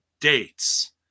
dates